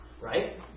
right